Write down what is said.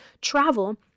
travel